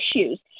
issues